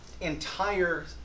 entire